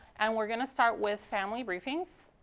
and we're going to start with family briefings.